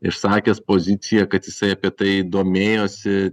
išsakęs poziciją kad jisai apie tai domėjosi